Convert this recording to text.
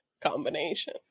combination